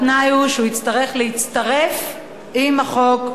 התנאי הוא שהוא יצטרך להצטרף עם החוק,